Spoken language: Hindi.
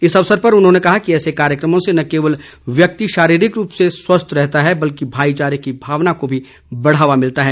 इस अवसर पर उन्होंने कहा कि ऐसे कार्यक्रमों से न केवल व्यक्ति शारीरिक रूप से स्वस्थ रहता है बल्कि भाईचारे की भावना को भी बढ़ावा मिलता है